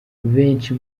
benshi